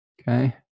okay